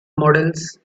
models